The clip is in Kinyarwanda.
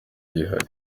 gihari